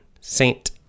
Saint